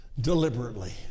deliberately